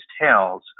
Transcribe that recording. tales